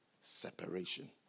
separation